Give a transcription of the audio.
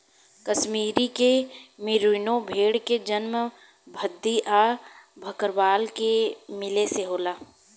कश्मीर के मेरीनो भेड़ के जन्म भद्दी आ भकरवाल के मिले से होला